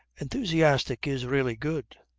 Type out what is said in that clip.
enthusiastic is really good.